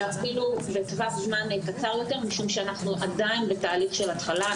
אלא אפילו בטווח זמן קצר יותר משום אנחנו עדיין בתהליך של התחלה,